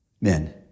men